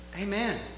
Amen